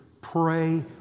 Pray